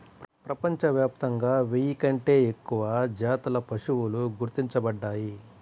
ప్రపంచవ్యాప్తంగా వెయ్యి కంటే ఎక్కువ జాతుల పశువులు గుర్తించబడ్డాయి